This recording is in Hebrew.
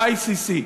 ה-ICC.